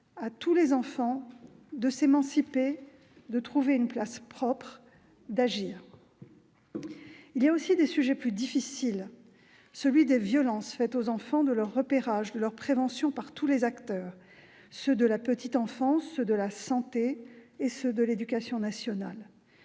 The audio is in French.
à tous les enfants de s'émanciper, de trouver une place propre, d'agir. Il y a aussi des sujets plus difficiles, notamment celui des violences faites aux enfants, de leur repérage, de leur prévention par tous les acteurs : ceux de la petite enfance, de la santé et de l'éducation nationale.